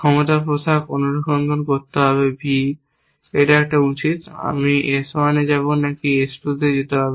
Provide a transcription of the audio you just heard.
ক্ষমতা প্রকাশ অনুসন্ধান করতে হবেv এটা একটা উচিত আমি S 1 এ যাব নাকি S 2 এ যেতে হবে